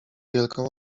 wielką